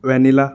vanilla